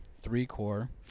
three-core